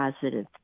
positive